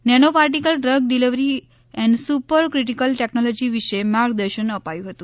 nano particle drug delivery and super critical technology વિશે માર્ગદર્શન અપાયું હતું